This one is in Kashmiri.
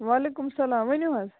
وعلیکُم سلام ؤنِو حظ